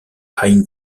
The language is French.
aïn